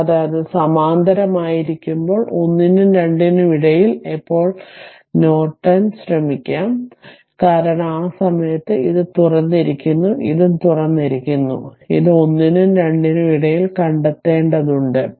കൂടാതെ അത് സമാന്തരമായിരിക്കുമ്പോൾ ഒന്നിനും രണ്ടിനും ഇടയിൽ എപ്പോൾ നോർട്ടോൺ ശ്രമിക്കും കാരണം ആ സമയത്ത് ഇത് തുറന്നിരിക്കുന്നു ഇതും തുറന്നിരിക്കുന്നു ഇതും 1 നും 2 നും ഇടയിൽ കണ്ടെത്തേണ്ടതുണ്ട്